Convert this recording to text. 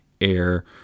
air